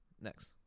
Next